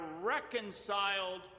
reconciled